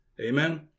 Amen